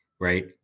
right